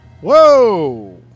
Whoa